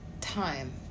time